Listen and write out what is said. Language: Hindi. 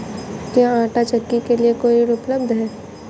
क्या आंटा चक्की के लिए कोई ऋण उपलब्ध है?